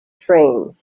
train